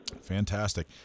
Fantastic